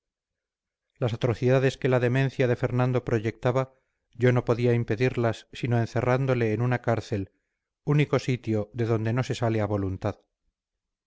las atrocidades que la demencia de fernando proyectaba yo no podía impedirlas sino encerrándole en una cárcel único sitio de donde no se sale a voluntad